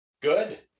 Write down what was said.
Good